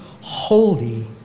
holy